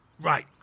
Right